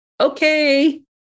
Okay